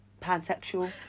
Pansexual